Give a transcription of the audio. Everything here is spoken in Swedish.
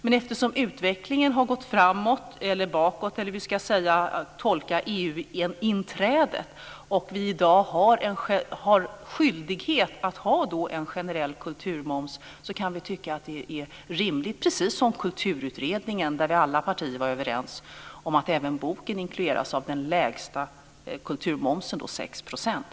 Men eftersom utvecklingen har gått framåt eller bakåt eller hur jag ska tolka EU-inträdet och vi i dag har skyldighet att ha en generell kulturmoms kan vi tycka att det är rimligt, precis som Kulturutredningen där alla partier var överens, att även boken inkluderas av den lägsta kulturmomsen, 6 %.